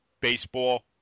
Baseball